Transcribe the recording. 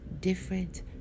different